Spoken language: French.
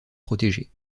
protégés